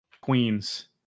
queens